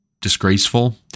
disgraceful